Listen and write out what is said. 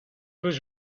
was